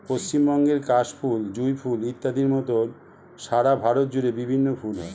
পশ্চিমবঙ্গের কাশ ফুল, জুঁই ফুল ইত্যাদির মত সারা ভারত জুড়ে বিভিন্ন ফুল হয়